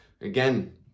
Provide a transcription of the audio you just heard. again